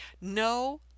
No